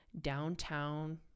downtown